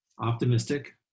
optimistic